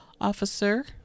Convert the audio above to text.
officer